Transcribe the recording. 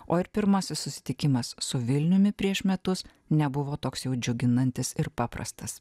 o ir pirmasis susitikimas su vilniumi prieš metus nebuvo toks jau džiuginantis ir paprastas